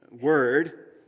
word